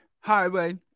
highway